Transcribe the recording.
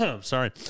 Sorry